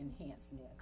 enhancement